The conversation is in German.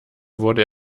wurde